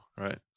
right